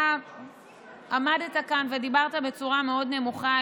אתה עמדת כאן ודיברת בצורה מאוד נמוכה,